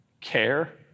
care